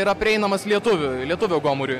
yra prieinamas lietuviui lietuvio gomuriui